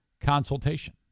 consultation